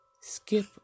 skip